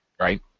right